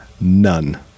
None